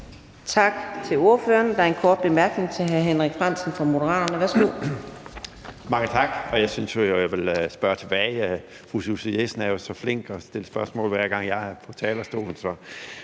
Tak til ordføreren. Der er en kort bemærkning. Hr. Henrik Frandsen, Moderaterne. Værsgo. Kl. 19:09 Henrik Frandsen (M): Mange tak. Jeg synes, jeg vil spørge tilbage, for fru Susie Jessen er jo så flink at stille spørgsmål, hver gang jeg er på talerstolen,